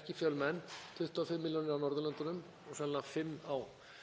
ekki fjölmenn, 25 milljónir á Norðurlöndunum og sennilega